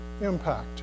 impact